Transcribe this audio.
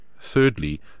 Thirdly